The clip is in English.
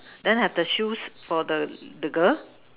then have the shoes for the the girl